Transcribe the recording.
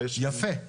יפה.